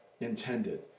intended